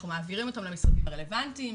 אנחנו מעבירים אותן למשרדים הרלוונטיים,